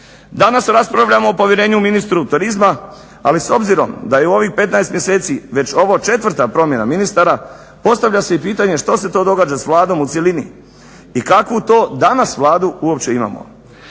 Danas raspravljamo o povjerenju ministru turizma ali s obzirom da je u ovih 15 mjeseci već ovo 4 promjena ministara postavlja se i pitanje što se to događa s Vladom u cjelini i kakvu to danas Vladu uopće imamo.